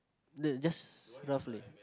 no just roughly